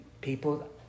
people